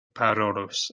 parolus